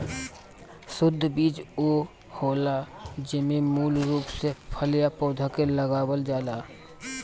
शुद्ध बीज उ होला जेमे मूल रूप से फल या पौधा के लगावल जाला